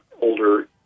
older